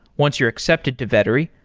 once you're accepted to vettery,